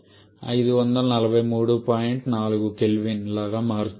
4 K లాగా మారుతుంది